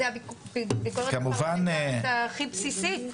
זו הביקורת הפרלמנטרית הכי בסיסית.